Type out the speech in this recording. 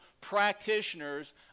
practitioners